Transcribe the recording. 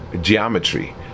geometry